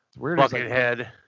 Buckethead